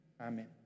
Amen